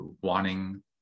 wanting